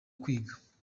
kwiga